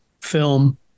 film